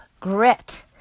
grit